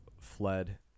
fled